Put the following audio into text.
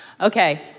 Okay